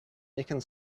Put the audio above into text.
nicking